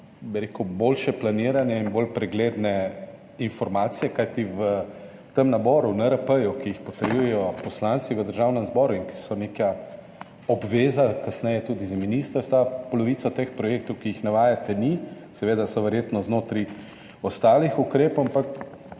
boljše planiranje in bolj pregledne informacije. Kajti v tem naboru NRP-jev, ki jih potrjujejo poslanci v Državnem zboru in ki so neka obveza kasneje tudi z ministrstva, polovice teh projektov, ki jih navajate, ni. Seveda so verjetno znotraj ostalih ukrepov, ampak